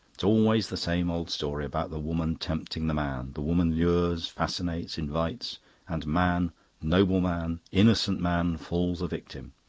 it's always the same old story about the woman tempting the man. the woman lures, fascinates, invites and man noble man, innocent man falls a victim.